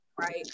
Right